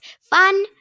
Fun